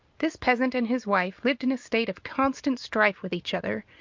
this peasant and his wife lived in a state of constant strife with each other,